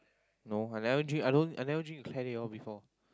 no I never drink I don't I never drink with Claire they all before